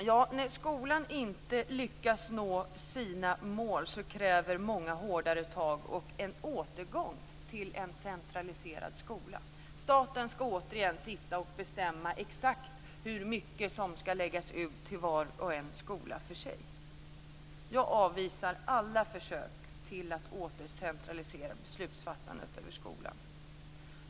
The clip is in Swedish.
Ja, när skolan inte lyckas nå sina mål kräver många hårdare tag och en återgång till en centraliserad skola. Staten ska återigen bestämma exakt hur mycket som ska läggas ut till varje skola för sig. Jag avvisar alla försök till att åter centralisera beslutsfattandet vad gäller skolan.